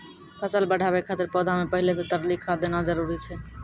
फसल बढ़ाबै खातिर पौधा मे पहिले से तरली खाद देना जरूरी छै?